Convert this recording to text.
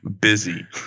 Busy